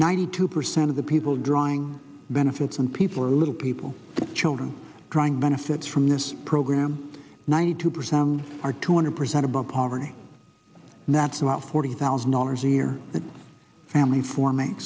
ninety two percent of the people drawing benefits and people are little people children drawing benefits from this program ninety two percent are two hundred percent above poverty and that's about forty thousand dollars a year that family four m